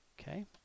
Okay